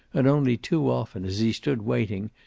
and only too often as he stood waiting,